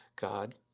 God